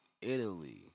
Italy